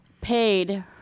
paid